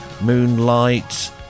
Moonlight